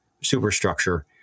superstructure